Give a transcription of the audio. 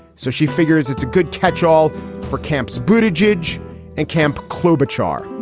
so she figures it's a good catch all for camps. buti jej jej and camp kloberg char.